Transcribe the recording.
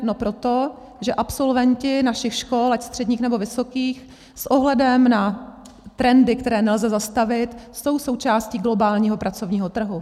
No proto, že absolventi našich škol, ať středních, nebo vysokých, s ohledem na trendy, které nelze zastavit, jsou součástí globálního pracovního trhu.